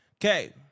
Okay